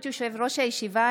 ברשות יושב-ראש הישיבה,